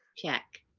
check.